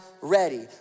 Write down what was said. ready